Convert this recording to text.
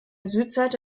südseite